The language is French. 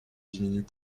diminuent